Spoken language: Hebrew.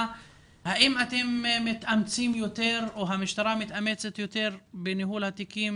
האם אתם מתאמצים יותר או המשטרה מתאמצת יותר בניהול התיקים